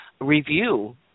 review